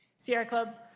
sierra club.